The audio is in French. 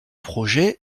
projet